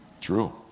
true